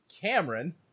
Cameron